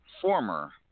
former